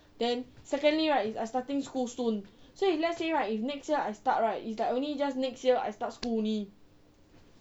then secondly right is I starting school soon so if let's say right if next year I start right it's like only just next year I start school only